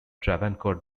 travancore